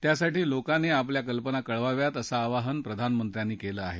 त्यासाठी लोकांनी आपल्या कल्पना कळवाव्यात असं आवाहन प्रधानमंत्र्यांनी केलं आहे